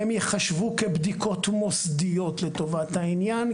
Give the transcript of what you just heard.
והן יחשבו כבדיקות מוסדיות לטובת העניין,